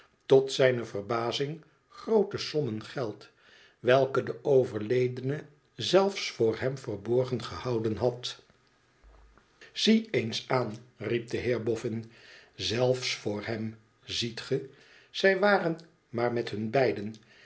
tot zijne verbazing groote sommen geld welke de overledene zelfs voor hem verborgen gehouden had zie eens aan riep de heerbofïin zelfs voor hem ziet ge zij waren maar met hun beiden